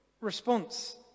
response